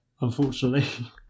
unfortunately